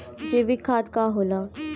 जैवीक खाद का होला?